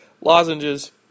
lozenges